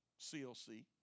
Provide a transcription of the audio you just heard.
CLC